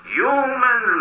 human